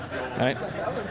right